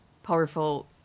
Powerful